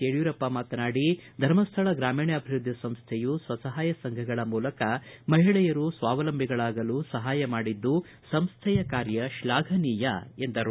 ಯಡಿಯೂರಪ್ಪ ಮಾತನಾಡಿ ಧರ್ಮಸ್ಥಳ ಗ್ರಾಮೀಣಾಭಿವೃದ್ಧಿ ಸಂಸ್ಥೆಯು ಸ್ವಸಪಾಯ ಸಂಘಗಳ ಮೂಲಕ ಮಒಳೆಯರು ಸ್ವಾವಲಂಬಿಗಳಾಗಲು ಸಹಾಯ ಮಾಡಿದ್ದು ಸಂಸ್ವೆಯ ಕಾರ್ ಶ್ಲಾಘನೀಯವಾಗಿದೆ ಎಂದರು